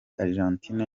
argentina